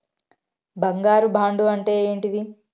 బంగారు బాండు అంటే ఏంటిది?